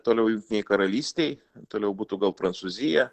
toliau jungtinėj karalystėj toliau būtų gal prancūzija